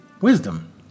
wisdom